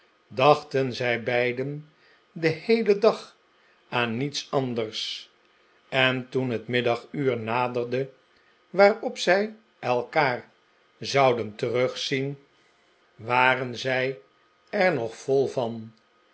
dachten zij beiden den heelen dag aan niets anders en toen het middaguur naderde waarop zij elkaar zouden terugzien waren zij er nog vol van